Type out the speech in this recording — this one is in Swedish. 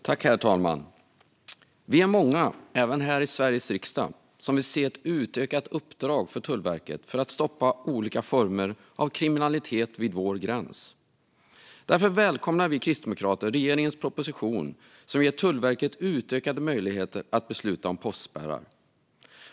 Herr talman! Vi är många även här i Sveriges riksdag som vill se ett utökat uppdrag för Tullverket för att stoppa olika former av kriminalitet vid vår gräns. Därför välkomnar vi kristdemokrater regeringens proposition som ger Tullverket utökade möjligheter att besluta om postspärrar.